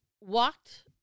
walked